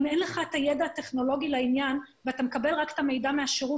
אלא שאם אין לך את הידע הטכנולוגי בעניין ואתה מקבל את המידע רק מהשירות